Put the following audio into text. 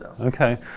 okay